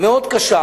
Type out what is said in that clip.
מאוד קשה,